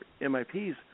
MIPs